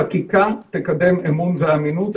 חקיקה תקדם אמון ואמינות.